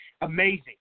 amazing